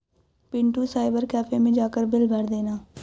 Pintu cyber cafe मैं जाकर bill भर देना